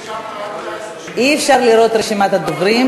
אי-אפשר לראות רשימת הדוברים,